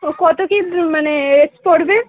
ও কত কী মানে রেট পরবে